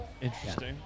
Interesting